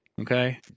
Okay